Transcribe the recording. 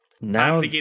Now